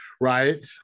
Right